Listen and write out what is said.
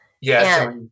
Yes